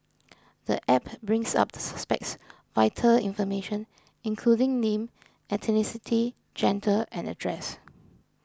the app brings up the suspect's vital information including name ethnicity gender and address